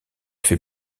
fait